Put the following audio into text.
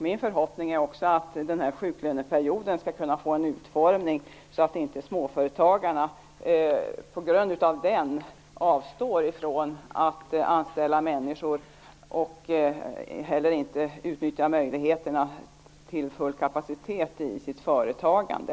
Min förhoppning är också att den här sjuklöneperioden skall kunna få en sådan utformning att småföretagarna inte på grund av den avstår från att anställa människor och inte heller från att utnyttja möjligheterna till full kapacitet i sitt företagande.